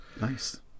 Nice